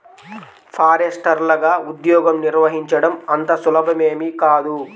ఫారెస్టర్లగా ఉద్యోగం నిర్వహించడం అంత సులభమేమీ కాదు